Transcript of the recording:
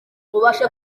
ubasha